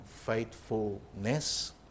Faithfulness